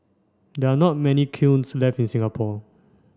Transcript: there are not many kilns left in Singapore